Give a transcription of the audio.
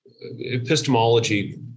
epistemology